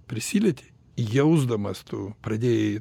prisilietei jausdamas tu pradėjai